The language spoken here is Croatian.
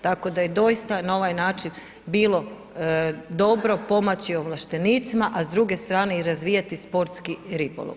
Tako da je doista na ovaj način bilo dobro pomoći ovlaštenicima a s druge strane i razvijati sportski ribolov.